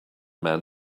man